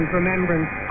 remembrance